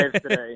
today